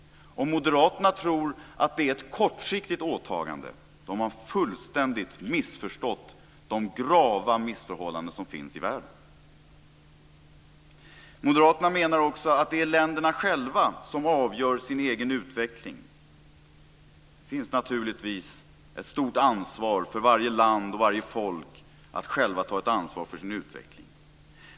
Om Moderaterna tror att det är ett kortsiktigt åtagande har de fullständigt missförstått de grava missförhållanden som finns i världen. Moderaterna menar också att det är länderna själva som avgör sin egen utveckling. Det finns naturligtvis ett stort ansvar för varje land och varje folk att själva ta ett ansvar för sin utveckling.